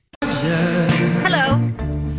Hello